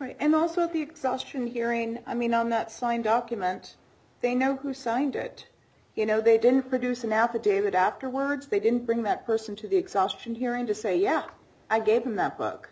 right and also the exhaustion hearing i mean i'm not signed document they know who signed it you know they didn't produce an affidavit afterwards they didn't bring that person to the exhaustion hearing to say yeah i gave him that book